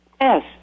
Yes